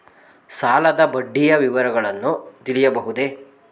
ಸಾಲದ ಬಡ್ಡಿಯ ವಿವರಗಳನ್ನು ತಿಳಿಯಬಹುದೇ?